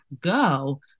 go